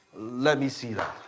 let me see that,